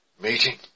meeting